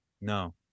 No